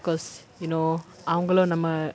because you know அவங்களும் நம்ம:avangalum namma